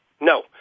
No